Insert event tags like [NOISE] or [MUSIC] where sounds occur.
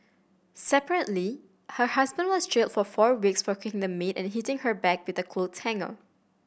separately her husband was jailed for four weeks for kicking the maid and hitting her back with a [UNINTELLIGIBLE]